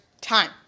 time